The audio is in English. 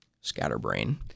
Scatterbrain